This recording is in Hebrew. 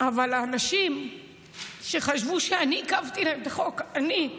אבל האנשים שחשבו שאני עיכבתי להם את החוק אני,